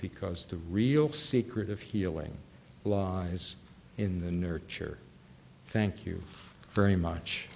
because the real secret of healing is in the nurture thank you very much